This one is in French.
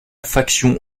faction